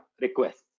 request